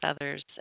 others